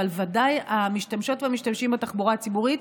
אבל בוודאי המשתמשות והמשתמשים בתחבורה הציבורית,